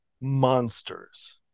monsters